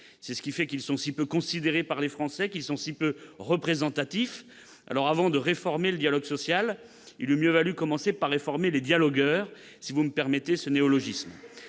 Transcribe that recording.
C'est ce qui fait qu'ils sont si peu considérés par les Français, qu'ils sont si peu représentatifs ! Alors, avant de réformer le dialogue social, il eût mieux valu commencer par réformer les « dialogueurs », si vous me permettez ce néologisme.